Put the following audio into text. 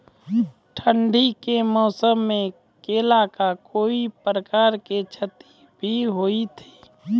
ठंडी के मौसम मे केला का कोई प्रकार के क्षति भी हुई थी?